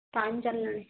ପାଣି ଚାଲିଲାଣି